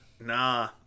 Nah